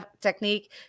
technique